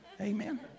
Amen